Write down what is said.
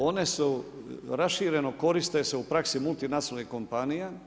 One su, rašireno se koriste u praksi multinacionalnih kompanija.